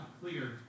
clear